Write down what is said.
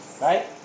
Right